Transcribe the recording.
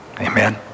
Amen